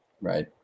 Right